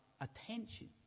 attention